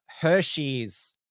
Hershey's